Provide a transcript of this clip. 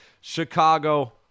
Chicago